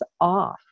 off